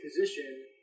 position